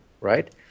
Right